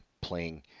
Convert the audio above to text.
playing